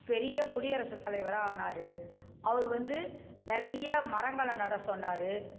பெரிய குடியரசுத் தலைவராக ஆனார் அவரு வந்து நிறையா மரங்களை நட சொன்னார்